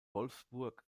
wolfsburg